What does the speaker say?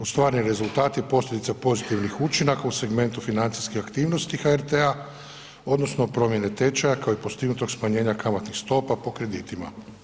Ostvareni rezultati je posljedica pozitivnih učinaka u segmentu financijske aktivnosti HRT-a odnosno promijene tečaja kao i postignutog smanjenja kamatnih stopa po kreditima.